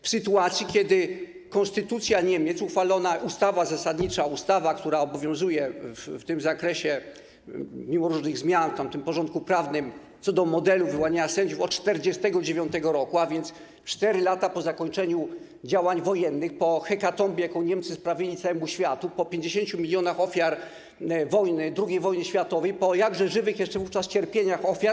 W sytuacji kiedy konstytucja Niemiec, uchwalona ustawa zasadnicza, ustawa, która obowiązuje w tym zakresie - mimo różnych zmian w tamtym porządku prawnym - co do modelu wyłaniania sędziów od 1949 r., a więc 4 lata po zakończeniu działań wojennych, po hekatombie, jaką Niemcy sprawili całemu światu, po 50 mln ofiar wojny, II wojny światowej, po jakże żywych jeszcze wówczas cierpieniach ofiar.